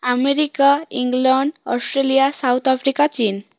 America England Australia South Africa ଚୀନ୍